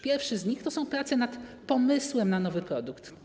Pierwsze z nich to prace nad pomysłem na nowy produkt.